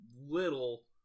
little